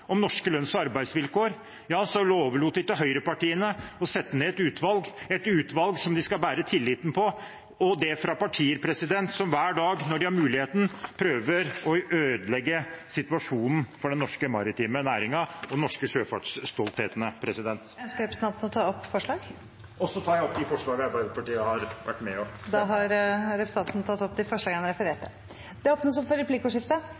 om norske lønns- og arbeidsvilkår. Da overlot de til høyrepartiene å sette ned et utvalg, et utvalg de skal bære tilliten på, og det fra partier som hver dag de har muligheten, prøver å ødelegge situasjonen for den norske maritime næringen og de norske sjøfartsstolthetene. Jeg tar opp de forslag Arbeiderpartiet er med på. Representanten Terje Aasland har tatt opp de forslag han refererte til. Det blir replikkordskifte. Fremskrittspartiet er jo sjøfolkenes parti. Jeg var veldig glad for